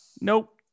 Nope